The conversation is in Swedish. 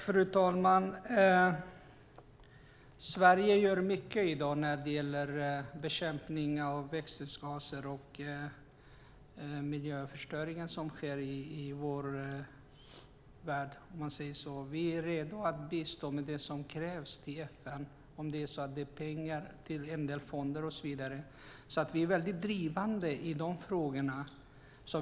Fru talman! Sverige gör mycket i dag när det gäller bekämpning av växthusgaser och miljöförstöringen som sker i världen. Vi är redo att bistå med vad som krävs i FN, om det är pengar till fonder och så vidare. Vi är drivande i de frågorna.